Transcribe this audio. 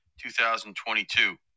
2022